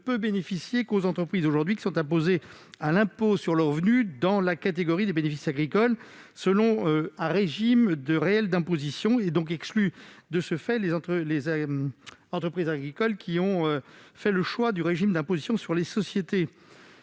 reste réservé aux entreprises imposées à l'impôt sur le revenu dans la catégorie des bénéfices agricoles selon un régime réel d'imposition, ce qui exclut de fait les entreprises agricoles ayant fait le choix du régime d'imposition sur les sociétés.